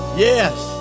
yes